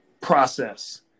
process